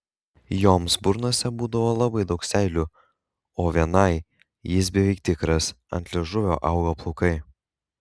joms burnose būdavo labai daug seilių o vienai jis beveik tikras ant liežuvio augo plaukai